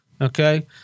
Okay